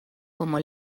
como